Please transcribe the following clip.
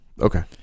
Okay